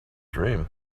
dream